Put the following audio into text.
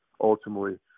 ultimately